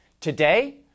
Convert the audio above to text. Today